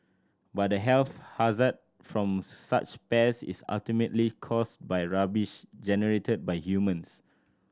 but the health hazard from such pests is ultimately caused by rubbish generated by humans